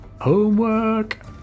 Homework